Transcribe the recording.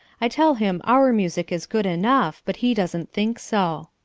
i tell him our music is good enough, but he doesn't think so.